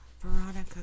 Veronica